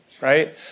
right